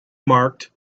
marked